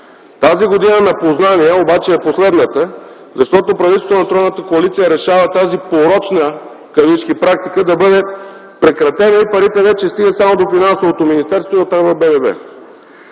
Тази година на познание обаче е последната, защото правителството на тройната коалиция решава тази „порочна” практика да бъде прекратена и парите вече стигат само до Финансовото министерство и оттам